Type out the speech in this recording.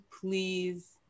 please